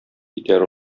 китәр